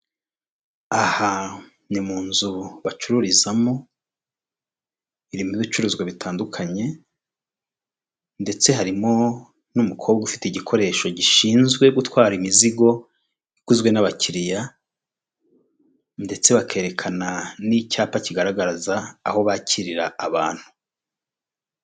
Aha ni mu nzu bacururizamo, irimo ibicuruzwa bitandukanye, ndetse harimo n'umukobwa ufite igikoresho gishinzwe gutwara imizigo iguzwe n'abakiriya, ndetse bakerekana n'icyapa kigaragaza aho bakirira abantu.